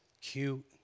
cute